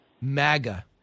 MAGA